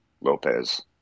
lopez